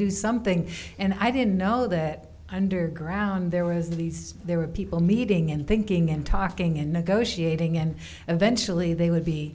do something and i didn't know that underground there was these there were people meeting and thinking and talking and negotiating and eventually they would be